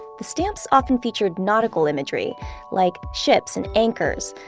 the stamps often featured nautical imagery like ships and anchors,